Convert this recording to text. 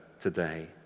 today